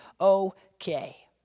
okay